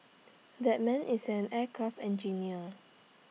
that man is an aircraft engineer